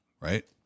Right